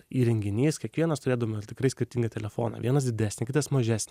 įrenginys kiekvienas turėdavome tikrai skirtingą telefoną vienas didesnį kitas mažesnį